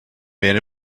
man